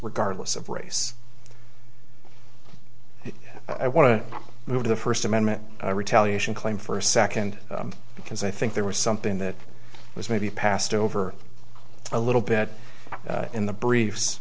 regardless of race i want to move to the first amendment a retaliation claim for a second because i think there was something that was maybe passed over a little bit in the briefs